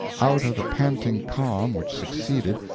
out of the panting calm which succeeded,